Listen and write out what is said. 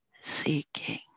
seeking